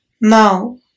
now